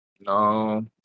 No